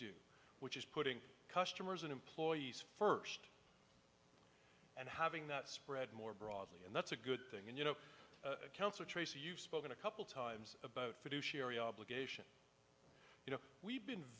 do which is putting customers and employees first and having that spread more broadly and that's a good thing and you know counsel tracy you've spoken a couple times about fiduciary obligation you know we've been